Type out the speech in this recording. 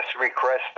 request